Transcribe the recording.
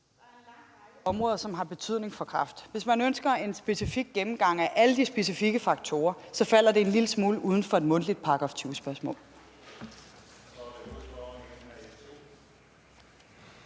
Der er en lang række områder, som har betydning for kræft. Hvis man ønsker en specifik gennemgang af alle de specifikke faktorer, falder det en lille smule uden for et mundtligt § 20-spørgsmål.